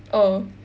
oh